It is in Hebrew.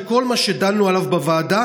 וכל מה שדנו עליו בוועדה.